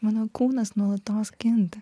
mano kūnas nuolatos kinta